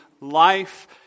life